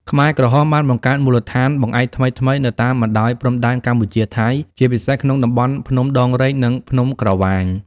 ខ្មែរក្រហមបានបង្កើតមូលដ្ឋានបង្អែកថ្មីៗនៅតាមបណ្ដោយព្រំដែនកម្ពុជា-ថៃ ជាពិសេសក្នុងតំបន់ភ្នំដងរែក និងភ្នំក្រវាញ។